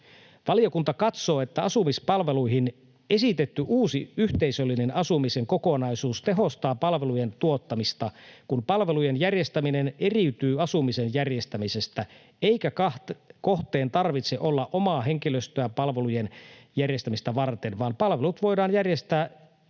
Valiokunta katsoo, että asumispalveluihin esitetty uusi yhteisöllisen asumisen kokonaisuus tehostaa palvelujen tuottamista, kun palvelujen järjestäminen eriytyy asumisen järjestämisestä eikä kohteessa tarvitse olla omaa henkilöstöä palvelujen järjestämistä varten vaan palvelut voidaan järjestää yhtä asumisyksikköä